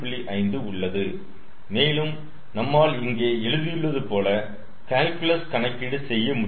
5 உள்ளது மேலும் நம்மால் இங்கே எழுதியுள்ளது போல கால்குலஸ் கணக்கீடு செய்ய முடியும்